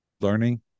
learning